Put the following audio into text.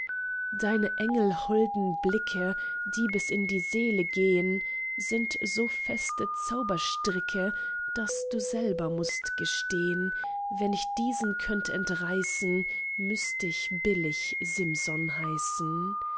deine engelholden blicke die bis in die seele gehn sind so feste zauberstricke daß du selber mußt gestehn wenn ich diesen könnt entreißen müßt ich billig simson heißen